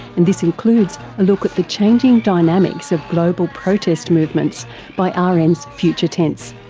and this includes a look at the changing dynamics of global protest movements by ah rn's future tense.